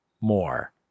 more